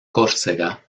córcega